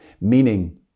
meaning